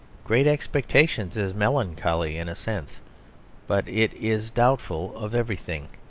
great expectations is melancholy in a sense but it is doubtful of everything,